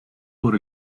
por